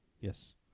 Yes